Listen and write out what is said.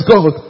God